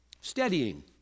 steadying